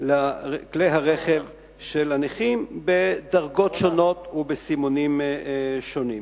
לכלי הרכב של הנכים בדרגות שונות ובסימונים שונים.